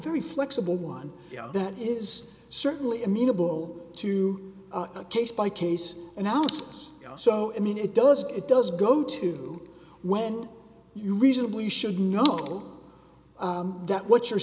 very flexible one that is certainly amenable to a case by case analysis so i mean it does it does go to when you reasonably should know that what you're